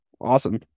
awesome